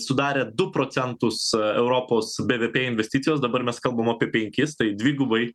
sudarė du procentus europos bvp investicijos dabar mes kalbam apie penkis tai dvigubai